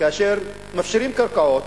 כאשר מפשירים קרקעות,